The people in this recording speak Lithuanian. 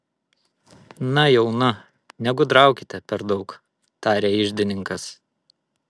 na jau na negudraukite per daug tarė iždininkas